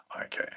Okay